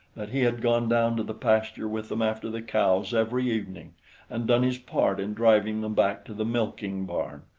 that he had gone down to the pasture with them after the cows every evening and done his part in driving them back to the milking-barn,